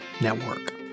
Network